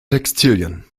textilien